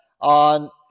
on